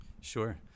Sure